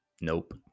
Nope